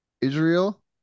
Israel